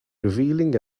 revealing